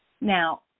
Now